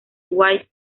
white